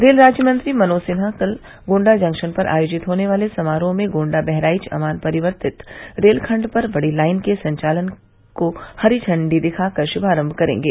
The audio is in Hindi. रेल राज्यमंत्री मनोज सिन्हा कल गोण्डा जंक्शन पर आयोजित होने वाले समारोह में गोण्डा बहराइच आमान परिवर्तित रेल खण्ड पर बड़ी लाइन के संचालन का हरी झण्डा दिखाकर शुभारम्भ करेंगे